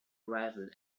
rifle